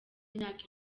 myaka